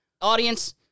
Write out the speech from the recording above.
Audience